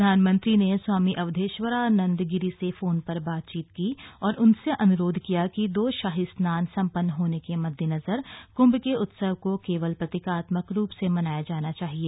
प्रधानमंत्री ने स्वामी अवधेशानंद गिरी से फोन पर बातचीत की और उनसे अन्रोध किया कि दो शाही स्नान संपन्न होने के मद्देनजर कृंभ के उत्सव को केवल प्रतीकात्मक रूप में मनाया जाना चाहिए